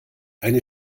eine